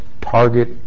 target